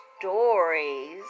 stories